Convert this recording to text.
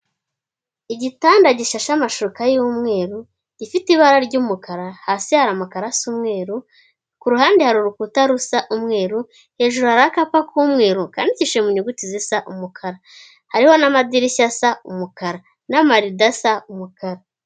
Igitanda gishashe amashuka y'umweru gifite ibara ry'umukara, hasi hari amakaro asa umweru, ku ruhande hari urukuta rusa umweru, hejuru hari akapa k'umweru kandikishije mu nyuguti zisa umukara, hariho n'amadirishya asa umukara n'amarido asa umukara.